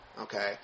Okay